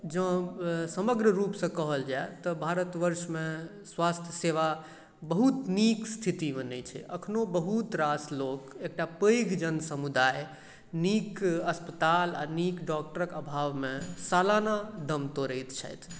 जँ समग्र रूपसँ कहलऽ जाए तऽ भारत वर्षमे स्वास्थ सेवा बहुत नीक स्तिथिमे नहि छै अखनो बहुत रास लोग एकटा पैघ जनसमुदाय नीक अस्पताल आ नीक डॉक्टरक अभावमे सालना दम तोड़ैत छथि